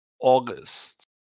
August